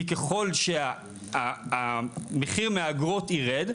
כי ככל שהמחיר מהאגרות ירד,